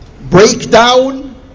breakdown